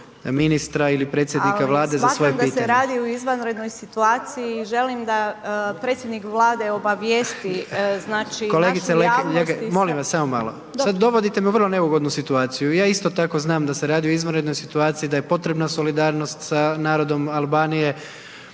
Ali smatram da se radi o izvanrednoj situaciji i želim da predsjednik Vlade obavijesti našu javnost.